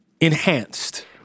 enhanced-